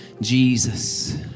Jesus